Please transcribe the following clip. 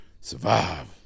Survive